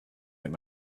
that